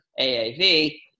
AAV